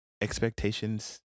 expectations